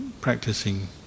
practicing